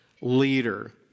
leader